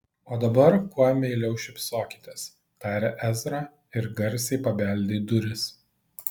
o dabar kuo meiliau šypsokitės tarė ezra ir garsiai pabeldė į duris